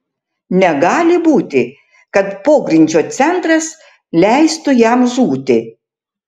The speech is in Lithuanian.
negali būti kad pogrindžio centras leistų jam žūti